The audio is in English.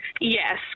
Yes